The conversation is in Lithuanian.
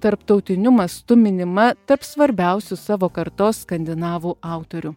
tarptautiniu mastu minima tarp svarbiausių savo kartos skandinavų autorių